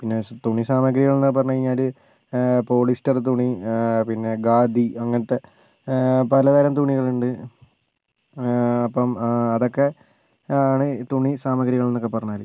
പിന്നെ സ് തുണി സാമഗ്രികൾ എന്ന് പറഞ്ഞു കഴിഞ്ഞാൽ പോളിസ്റ്റ്ർ തുണി പിന്നെ ഖാദി അങ്ങനത്തെ പലതരം തുണികളുണ്ട് അപ്പം അതൊക്കെയാണ് തുണി സാമഗ്രികൾ എന്നൊക്കെ പറഞ്ഞാൽ